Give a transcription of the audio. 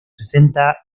sesenta